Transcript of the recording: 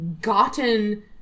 gotten